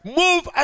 move